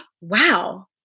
wow